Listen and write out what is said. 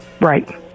right